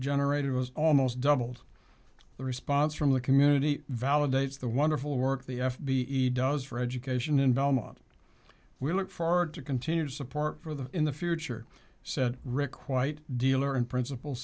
generated was almost doubled the response from the community validates the wonderful work the f b i does for education in belmont we look forward to continued support for them in the future said rick quite dealer and principal